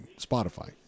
Spotify